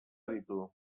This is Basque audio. ditu